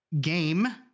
game